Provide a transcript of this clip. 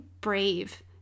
brave